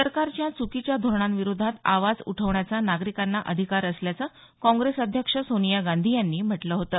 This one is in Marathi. सरकारच्या च्कीच्या धोरणांविरोधात आवाज उठवण्याचा नागरिकांना अधिकार असल्याचं काँग्रेस अध्यक्षा सोनिया गांधी यांनी म्हटलं होतं